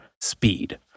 speed